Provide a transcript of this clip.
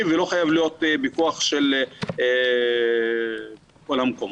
ולא חייב להיות פיקוח בכל המקומות.